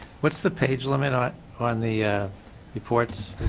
what's the page limit on on the reports?